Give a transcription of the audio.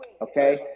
okay